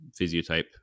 physiotype